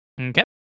okay